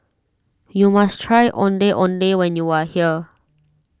you must try Ondeh Ondeh when you are here